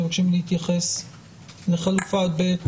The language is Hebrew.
מבקשים להתייחס לחלופה ב'?